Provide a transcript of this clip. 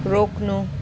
रोक्नु